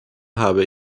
habe